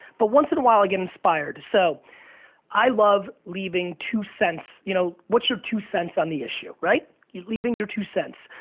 but once in awhile i get inspired. so i love leaving two cents, you know what's your two cents on the issue, you're you're leaving your two cents.